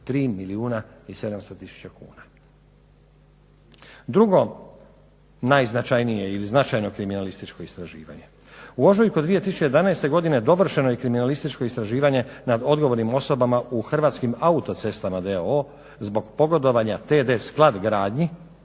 3 milijuna i 700000 kuna. Drugo najznačajnije ili značajno kriminalističko istraživanje. U ožujku 2011. godine dovršeno je kriminalističko istraživanje nad odgovornim osobama u Hrvatskim autocestama d.o.o. zbog pogodovanja TD Sklad gradnji